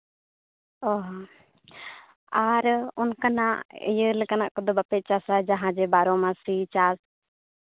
ᱚ ᱦᱚᱸ ᱟᱨ ᱚᱱᱠᱟᱱᱟᱜ ᱤᱭᱟᱹ ᱞᱮᱠᱟᱱᱟᱜ ᱠᱚᱫᱚ ᱵᱟᱯᱮ ᱪᱟᱥᱼᱟ ᱡᱟᱦᱟᱸ ᱡᱮ ᱵᱟᱨᱚᱢᱟᱥᱤ ᱪᱟᱥ